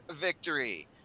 victory